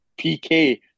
PK